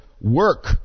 work